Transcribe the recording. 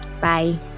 Bye